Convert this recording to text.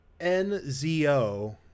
NZO